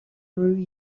through